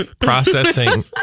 Processing